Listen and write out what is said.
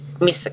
miss